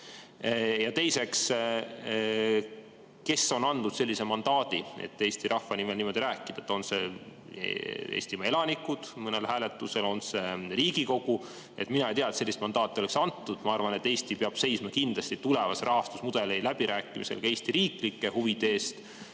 Ja teiseks, kes on andnud teile sellise mandaadi Eesti rahva nimel niimoodi rääkida? On need Eestimaa elanikud mõnel hääletusel? On see Riigikogu? Mina ei tea, et sellist mandaati oleks antud. Ma arvan, et Eesti peab seisma kindlasti tulevase rahastusmudeli läbirääkimistel ka Eesti riiklike huvide eest,